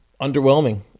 underwhelming